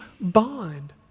bond